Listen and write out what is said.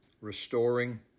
restoring